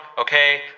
okay